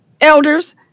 elders